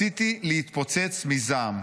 הזה, רציתי להתפוצץ מזעם.